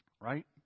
Right